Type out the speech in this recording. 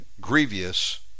grievous